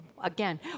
again